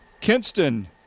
Kinston